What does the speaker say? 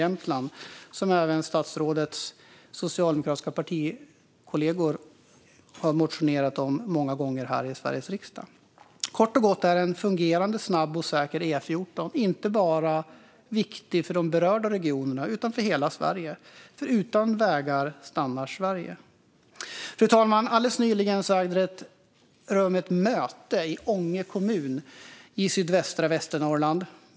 Kort och gott är en fungerande, snabb och säker E14 inte bara viktig för de berörda regionerna utan för hela Sverige, för utan vägar stannar Sverige. Fru talman! Alldeles nyligen ägde det rum ett möte i Ånge kommun i sydvästra Västernorrland.